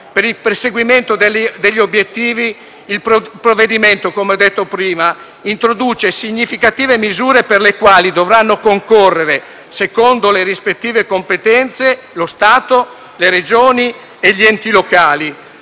Per il perseguimento degli obiettivi il provvedimento - come ho detto prima - introduce significative misure per le quali dovranno concorrere, secondo le rispettive competenze, lo Stato, le Regioni e gli enti locali.